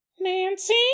Nancy